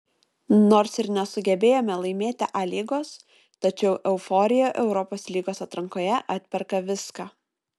nors ir nesugebėjome laimėti a lygos tačiau euforija europos lygos atrankoje atperka viską